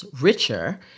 richer